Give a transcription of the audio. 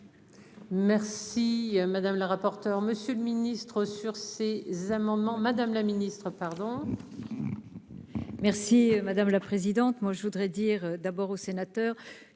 Merci madame la rapporteure, Monsieur le Ministre, sur ces amendements, Madame la Ministre, pardon. Merci madame la présidente, moi je voudrais dire d'abord aux sénateurs,